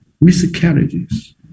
miscarriages